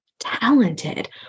talented